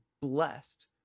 blessed